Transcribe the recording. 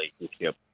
relationship